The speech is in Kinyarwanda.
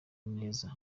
neza